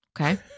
Okay